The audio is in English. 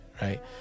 Right